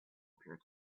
appeared